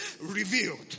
revealed